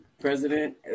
President